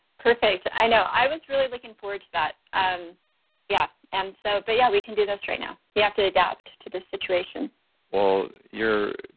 perfect. i know. i was really looking forward to that. um yeah. and so, but yeah, we can do this right now you have to adapt to the situation well, you're,